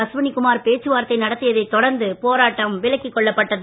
அஸ்வினி குமார் பேச்சுவார்த்தை நடத்தியதைத் தொடர்ந்து போராட்டம் விலக்கிக் கொள்ளப்பட்டது